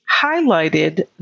highlighted